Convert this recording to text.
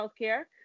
healthcare